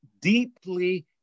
deeply